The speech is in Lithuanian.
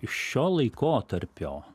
iš šio laikotarpio